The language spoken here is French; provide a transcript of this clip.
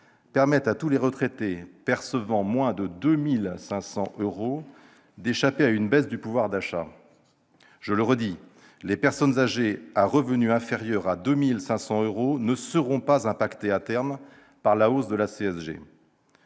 permet à tous les retraités percevant moins de 2 500 euros d'échapper à une baisse de pouvoir d'achat. Je le redis : les personnes âgées dont les revenus sont inférieurs à 2 500 euros ne seront pas impactées, à terme, par la hausse de la CSG.